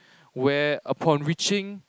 where upon reaching